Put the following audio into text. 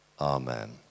Amen